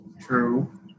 True